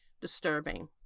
disturbing